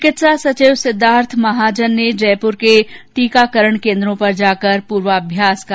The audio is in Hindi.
चिकित्सा सचिव सिद्धार्थ महाजन ने जयपुर के टीकाकरण केन्द्रों पर जाकर पूर्वाभ्यास का निरीक्षण किया